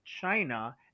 China